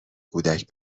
کودک